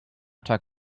talk